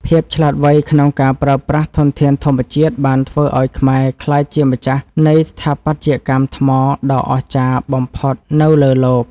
ភាពឆ្លាតវៃក្នុងការប្រើប្រាស់ធនធានធម្មជាតិបានធ្វើឱ្យខ្មែរក្លាយជាម្ចាស់នៃស្ថាបត្យកម្មថ្មដ៏អស្ចារ្យបំផុតនៅលើលោក។